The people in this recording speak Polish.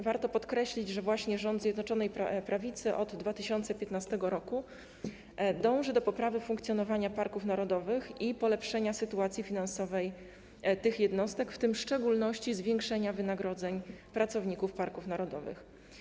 Warto podkreślić, że właśnie rząd Zjednoczonej Prawicy od 2015 r. dąży do poprawy funkcjonowania parków narodowych i polepszenia sytuacji finansowej tych jednostek, w tym w szczególności zwiększenia wynagrodzeń pracowników parków narodowych.